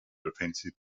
defensive